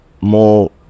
more